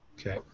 Okay